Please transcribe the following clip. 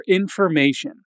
information